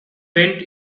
went